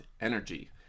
energy